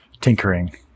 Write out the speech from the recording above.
tinkering